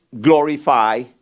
glorify